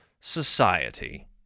society